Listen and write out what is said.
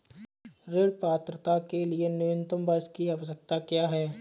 ऋण पात्रता के लिए न्यूनतम वर्ष की आवश्यकता क्या है?